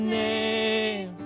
name